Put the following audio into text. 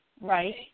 Right